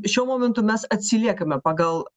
šiuo momentu mes atsiliekame pagal